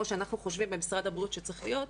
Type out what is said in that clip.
שאנחנו חושבים במשרד הבריאות שצריך להיות,